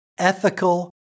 ethical